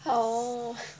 oh